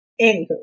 Anywho